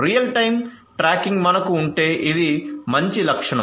real time tracking మనకు ఉంటే ఇది మంచి లక్షణం